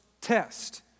test